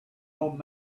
old